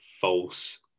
false